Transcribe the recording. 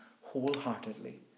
wholeheartedly